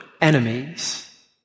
enemies